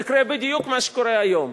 יקרה בדיוק מה שקורה היום.